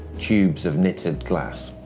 tubes of knitted glass.